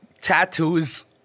tattoos